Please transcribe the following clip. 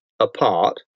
apart